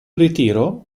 ritiro